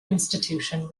institution